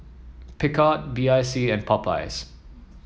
Picard B I C and Popeyes